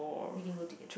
we didn't go together